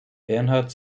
bernard